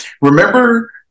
Remember